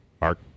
Mark